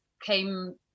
came